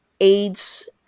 aids